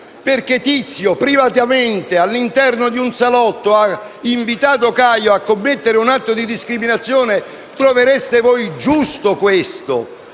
perché privatamente Tizio, all'interno di un salotto, ha invitato Caio a commettere un atto di discriminazione, trovereste voi giusto questo,